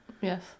Yes